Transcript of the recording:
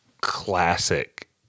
classic